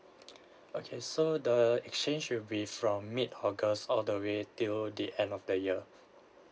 okay so the exchange with be from mid august all the way till the end of the year